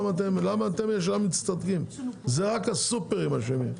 רק הסופרים אשמים.